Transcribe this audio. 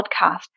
podcast